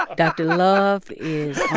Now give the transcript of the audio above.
ah dr. love is